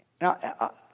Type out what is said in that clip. Now